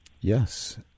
Yes